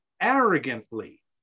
arrogantly